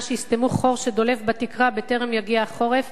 שיסתמו חור שדולף בתקרה בטרם יגיע החורף.